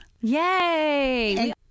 Yay